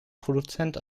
produzent